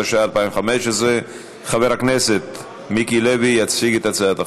התשע"ה 2015. חבר הכנסת מיקי לוי יציג את הצעת החוק.